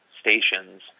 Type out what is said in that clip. stations